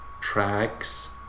tracks